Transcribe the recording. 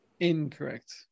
Incorrect